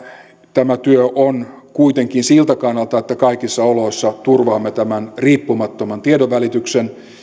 tämä työ on kuitenkin siltä kannalta että kaikissa oloissa turvaamme tämän riippumattoman tiedonvälityksen